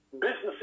businesses